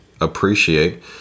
appreciate